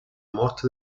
morte